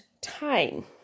time